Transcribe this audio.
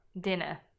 Dinner